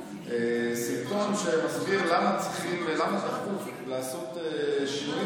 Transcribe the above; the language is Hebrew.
הסרטון מסביר למה דחוף לעשות שינויים